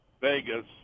Vegas